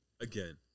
again